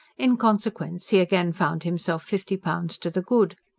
in consequence, he again found himself fifty pounds to the good.